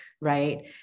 right